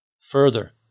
Further